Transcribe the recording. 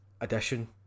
addition